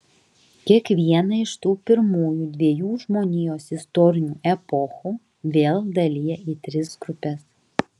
kiekvieną iš tų pirmųjų dviejų žmonijos istorinių epochų vėl dalija į tris grupes